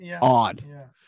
on